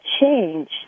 change